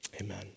Amen